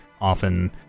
often